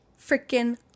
freaking